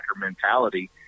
mentality